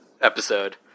episode